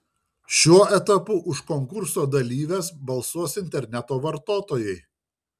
šiuo etapu už konkurso dalyves balsuos interneto vartotojai